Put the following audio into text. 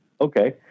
Okay